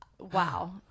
Wow